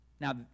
Now